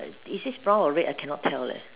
eh is this brown or red I cannot tell leh